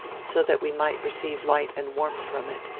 so that we might receive light and warmth from it.